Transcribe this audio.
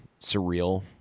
surreal